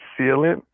sealant